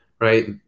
right